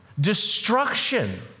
destruction